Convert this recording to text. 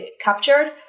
captured